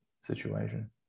situation